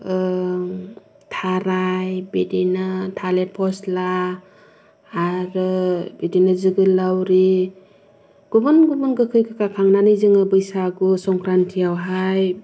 थाराय बिदिनो थालिर फस्ला आरो बिदिनो जोगोलावरि गुबुन गुबुन गोखै गोखा खांनानै जोङो बैसागु संक्रान्तिआवहाय